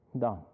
Done